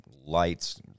lights